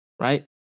right